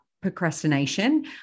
procrastination